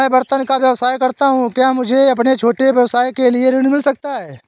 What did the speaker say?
मैं बर्तनों का व्यवसाय करता हूँ क्या मुझे अपने छोटे व्यवसाय के लिए ऋण मिल सकता है?